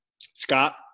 scott